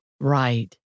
Right